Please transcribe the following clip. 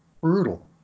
Brutal